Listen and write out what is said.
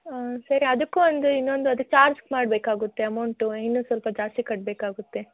ಹಾಂ ಸರಿ ಅದಕ್ಕು ಒಂದು ಇನ್ನೊಂದು ಅದು ಚಾರ್ಜ್ ಮಾಡಬೇಕಾಗುತ್ತೆ ಅಮೌಂಟು ಇನ್ನೂ ಸ್ವಲ್ಪ ಜಾಸ್ತಿ ಕಟ್ಟಬೇಕಾಗುತ್ತೆ